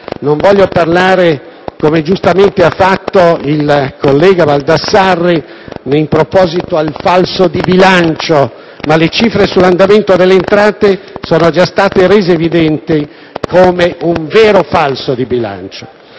non voglio parlare - come, giustamente, invece, ha fatto il collega Baldassarri - di falso di bilancio, ma le cifre sull'andamento delle entrate sono già state rese evidenti come un vero falso di bilancio.